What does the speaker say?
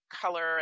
color